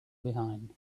behind